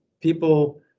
people